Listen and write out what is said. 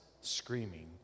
screaming